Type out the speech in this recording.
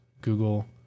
Google